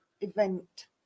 event